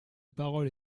parole